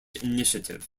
initiative